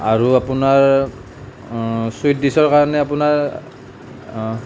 আৰু আপোনাৰ চুইট ডিছৰ কাৰণে আপোনাৰ